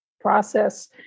process